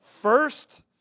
first